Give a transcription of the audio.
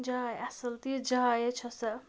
جاے اَصٕل تِژھ جاے حظ چھ سَہ